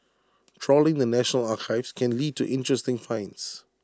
trawling the national archives can lead to interesting finds